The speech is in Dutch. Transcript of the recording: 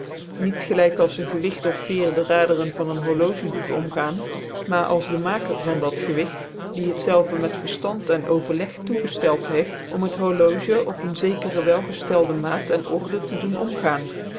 niet gelijk als een gewigt of veer dc raderen van ecu horologic doet omgaan maar als dc maker van dat gewigt die het zelve met verftand en overleg toegcftclt heeft om het horologic op een zekere wclgcftcldc maat en order tc doen omgaan